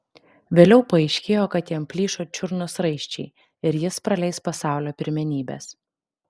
vėliau paaiškėjo kad jam plyšo čiurnos raiščiai ir jis praleis pasaulio pirmenybes